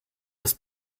das